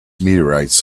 meteorites